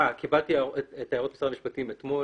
קיבלתי את הערות משרד המשפטים אתמול,